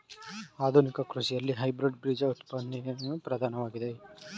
ಆಧುನಿಕ ಕೃಷಿಯಲ್ಲಿ ಹೈಬ್ರಿಡ್ ಬೀಜ ಉತ್ಪಾದನೆಯು ಪ್ರಧಾನವಾಗಿದೆ